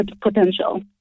potential